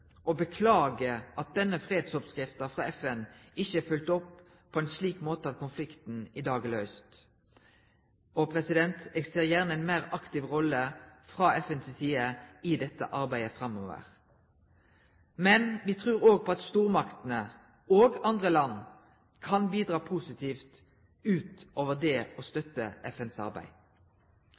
at denne fredsoppskriften fra FN ikke er fulgt opp på en slik måte at konflikten i dag er løst. Jeg ser gjerne en mer aktiv rolle fra FNs side i dette arbeidet framover. Men vi tror også på at stormaktene – og andre land – kan bidra positivt utover det å støtte FNs arbeid.